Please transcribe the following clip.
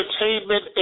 entertainment